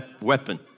weapon